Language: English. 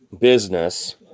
business